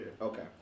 Okay